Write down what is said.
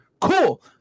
Cool